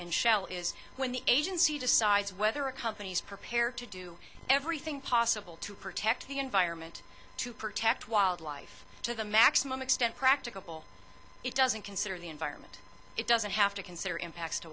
and shell is when the agency decides whether a company's prepared to do everything possible to protect the environment to protect wildlife to the maximum extent practicable it doesn't consider the environment it doesn't have to consider impacts to